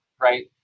right